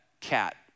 cat